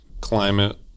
climate